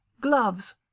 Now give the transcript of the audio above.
Gloves